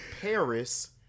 Paris